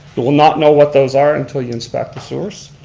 you will not know what those are until you inspect the sewers.